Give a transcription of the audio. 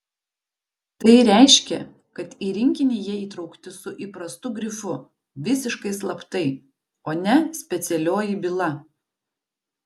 tai reiškė kad į rinkinį jie įtraukti su įprastu grifu visiškai slaptai o ne specialioji byla